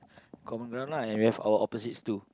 common ground lah and we have our opposites too